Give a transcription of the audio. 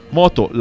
moto